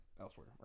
elsewhere